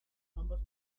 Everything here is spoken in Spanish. ambos